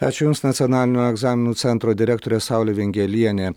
ačiū jums nacionalinio egzaminų centro direktorė saulė vingelienė